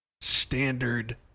standard